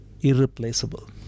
irreplaceable